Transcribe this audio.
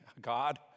God